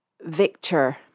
Victor